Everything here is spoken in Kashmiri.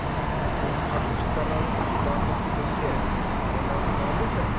اَوا کھَش وَش تہِ کَرناووس تٔمۍسٕے ٹَپھ وَپھ تہِ تٔمۍسٕے اَتھِ رَنناوہون مَحمدِس اَتھِ